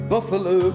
Buffalo